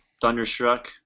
Thunderstruck